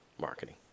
marketing